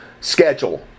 schedule